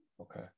Okay